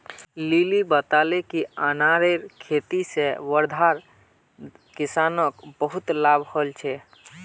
lily बताले कि अनारेर खेती से वर्धार किसानोंक बहुत लाभ हल छे